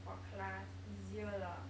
for class easier lah